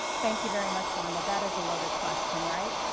thank you very much wanda. that is a loaded question right?